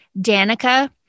Danica